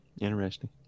Interesting